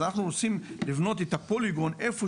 אז אנחנו רוצים לבנות את הפוליגון איפה